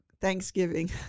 Thanksgiving